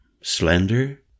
slender